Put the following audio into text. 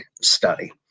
study